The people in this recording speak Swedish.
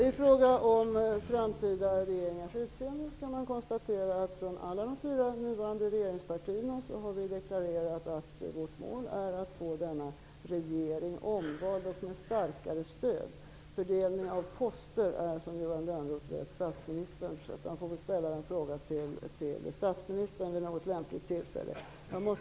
I fråga om framtida regeringars utseende kan man konstatera att vi från alla de fyra nuvarande regeringspartierna har deklarerat att vårt mål är att få denna regering omvald med starkare stöd. Fördelningen av poster är, som Johan Lönnroth vet, statsministerns sak. Han får ställa frågan till statsministern vid något lämpligt tillfälle.